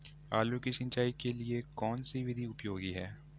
आलू की सिंचाई के लिए कौन सी विधि उपयोगी है?